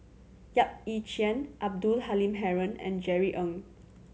Yap Ee Chian Abdul Halim Haron and Jerry Ng